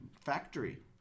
factory